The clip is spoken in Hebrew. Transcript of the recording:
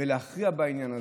ולהכריע בעניין הזה.